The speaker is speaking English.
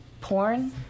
porn